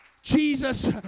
Jesus